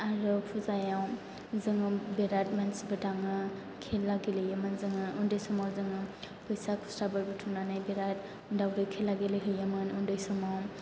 आरो फुजायाव जोङो बिराद मानसिफोर थाङो खेला गेलेयोमोन जोङो उन्दै समाव जोङो फैसा खुस्राफोर बुथुमनानै बिराद दावदै खेला गेले हैयोमोन उन्दै समाव